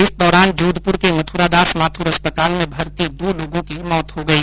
इस दौरान जोधपुर के मथुरादास माथुर अस्पताल में भर्ती दो लोगो की मौत हो गई